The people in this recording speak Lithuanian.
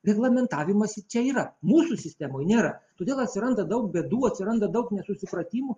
reglamentavimas čia yra mūsų sistemoj nėra todėl atsiranda daug bėdų atsiranda daug nesusipratimų